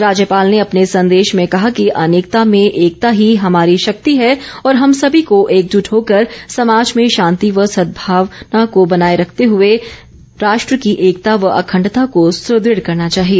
राज्यपाल ने अपने संदेश में कहा कि अनेकता में एकता ही हमारी शक्ति है और हम सभी को एकजूट होकर समाज में शांति व सदभावन को बनाए रखते हुए राष्ट्र की एकता व अखंडता को सुदृढ करना चाहिए